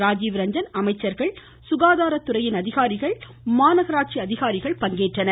ராஜீவ் ரஞ்சன் அமைச்சர்கள் சுகாதாரத்துறை அதிகாரிகள் மற்றும் மாநகராட்சி அதிகாரிகள் பங்கேற்றனர்